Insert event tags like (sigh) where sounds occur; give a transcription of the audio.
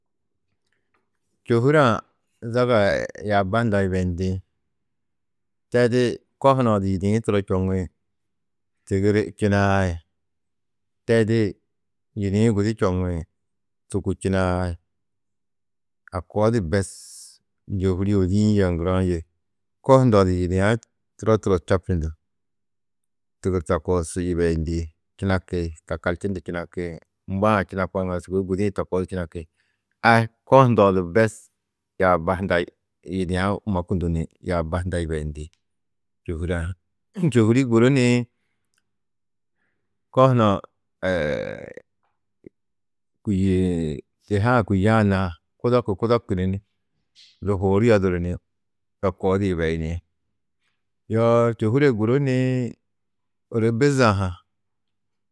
Čôhure-ã zaga yaaba hundã yibeyindĩ, tedi ko hunã du yidiĩ turo čoŋi, tigiri činai, tedi yidiĩ gudi čoŋi tûku činai. A koo di bes čôhuri ôdi-ĩ yê aŋguru-ã yê ko hundɑ͂ du yidia turo turo du čabčundu tigirtu a koo su yibeyindi, činaki, takalčundu činaki, mboo-ã činakã ŋadu sûgoi gudi-ĩ to koo di činaki. A ko hundɑ͂ du bes yaaba hunda yidia mokundu ni yaaba hunda yibeyindi čôhure-ã, čôhuri guru ni ko hunã (hesitation) têhe-ã kûye-ã na kudoki, kudokunu ni du huur yoduru ni to koo di yibeyini. Yoo čôhure guru ni ôro biza-ã ha